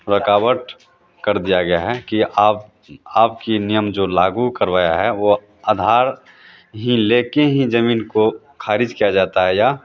रुकावट कर दिया गया है कि आप आपके नियम जो लागू करवाया है वह आधार ही लेकर ही ज़मीन को ख़ारिज किया जाता है या